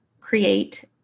create